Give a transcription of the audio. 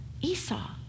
Esau